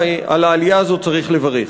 ועל העלייה הזאת צריך לברך.